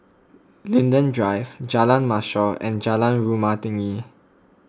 Linden Drive Jalan Mashhor and Jalan Rumah Tinggi